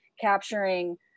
capturing